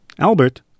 Albert